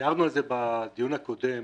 הערנו על זה בדיון הקודם.